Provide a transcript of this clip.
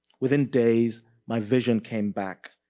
within days my vision came back.